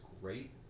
great